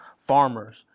farmers